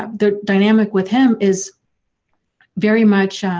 um their dynamic with him is very much